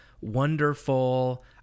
wonderful